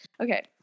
Okay